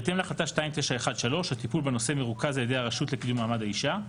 בהתאם להחלטה 2913 הטיפול בנושא מרוכז על ידי הרשות לקידום מעמד האישה,